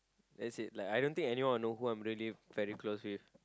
that's it like I don't think anyone know who I'm really very close with